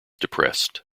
depressed